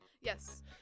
Yes